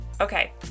Okay